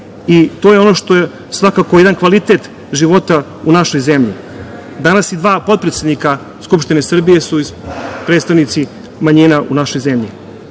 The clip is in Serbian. i to je ono što je svakako jedan kvalitet života u našoj zemlji. Danas su i dva potpredsednika u Skupštini Srbije predstavnici manjina u našoj zemlji. Znamo